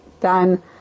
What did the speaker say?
done